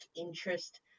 interest